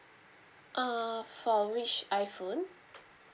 uh for which iphone